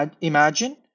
imagine